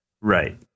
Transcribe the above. Right